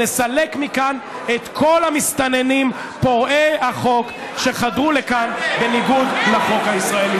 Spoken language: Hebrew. נסלק מכאן את כל המסתננים פורעי החוק שחדרו לכאן בניגוד לחוק הישראלי.